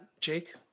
Jake